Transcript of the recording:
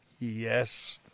Yes